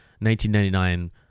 1999